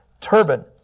turban